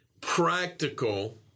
practical